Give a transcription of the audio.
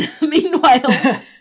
meanwhile